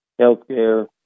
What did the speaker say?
healthcare